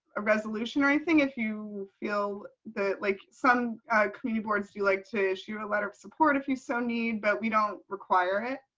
ah resolution or anything if you feel that like some keyboards. do you like to issue a letter of support if you so need, but we don't require it.